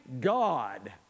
God